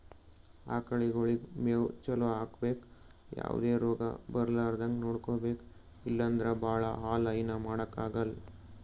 ಆಕಳಗೊಳಿಗ್ ಮೇವ್ ಚಲೋ ಹಾಕ್ಬೇಕ್ ಯಾವದೇ ರೋಗ್ ಬರಲಾರದಂಗ್ ನೋಡ್ಕೊಬೆಕ್ ಇಲ್ಲಂದ್ರ ಭಾಳ ಹಾಲ್ ಹೈನಾ ಮಾಡಕ್ಕಾಗಲ್